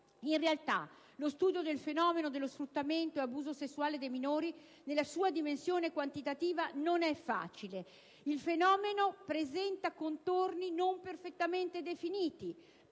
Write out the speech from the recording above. In realtà, lo studio del fenomeno dello sfruttamento ed abuso sessuale dei minori nella sua dimensione quantitativa non è facile. Il fenomeno stesso, infatti, presenta contorni non perfettamente definiti: